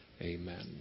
Amen